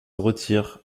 retirent